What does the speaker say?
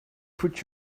put